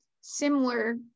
similar